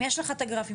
אם יש לך את הגרפים,